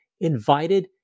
invited